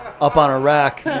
up on a rack.